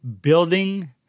building